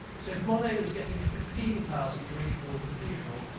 so if monet was getting fifteen thousand for each rouen cathedral,